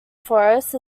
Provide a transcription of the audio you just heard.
forest